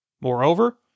Moreover